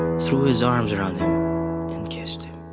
threw his arms around him and kissed him.